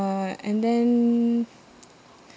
uh and then